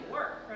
work